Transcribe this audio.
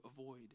avoid